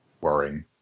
worrying